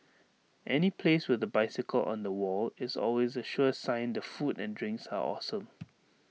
any place with A bicycle on the wall is always A sure sign the food and drinks are awesome